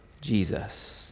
Jesus